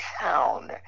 town